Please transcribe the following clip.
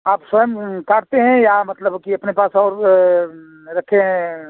आप स्वयं काटते हैं या मतलब कि अपने पास और रखे हैं